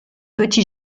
petit